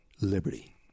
liberty